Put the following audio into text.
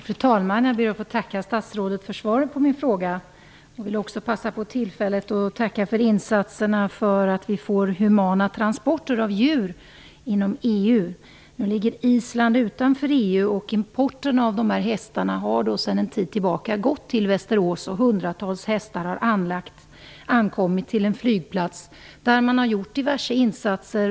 Fru talman! Jag ber att få tacka statsrådet för svaret på min fråga. Jag vill också passa på tillfället att tacka för insatserna för humanare transporter av djur inom EU. Nu ligger Island utanför EU, och importen av dessa hästar har sedan en tid tillbaka gått till Västerås. Hundratals hästar har ankommit till en flygplats, där man har gjort diverse insatser.